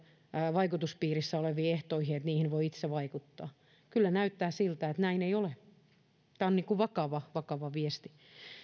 vaikutuspiirissä oleviin ehtoihin että niihin voi itse vaikuttaa kyllä näyttää siltä että näin ei ole tämä on vakava vakava viesti